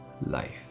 life